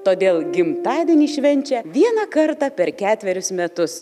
todėl gimtadienį švenčia vieną kartą per ketverius metus